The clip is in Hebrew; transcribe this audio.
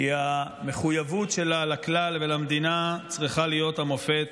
כי המחויבות שלה לכלל ולמדינה צריכה להיות המופת